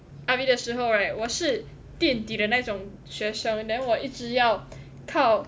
R_V 的时候 right 我是垫底的那种的学生 then 我一直要靠